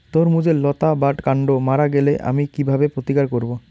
তরমুজের লতা বা কান্ড মারা গেলে আমি কীভাবে প্রতিকার করব?